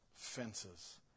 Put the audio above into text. fences